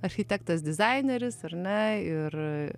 architektas dizaineris ar ne ir